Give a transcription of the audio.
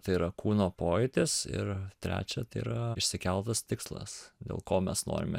tai yra kūno pojūtis ir trečia tai yra išsikeltas tikslas dėl ko mes norime